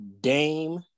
Dame